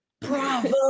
Bravo